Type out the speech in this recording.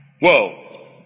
Whoa